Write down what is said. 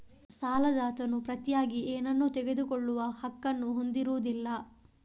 ಸಾಲದಾತನು ಪ್ರತಿಯಾಗಿ ಏನನ್ನೂ ತೆಗೆದುಕೊಳ್ಳುವ ಹಕ್ಕನ್ನು ಹೊಂದಿರುವುದಿಲ್ಲ